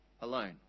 alone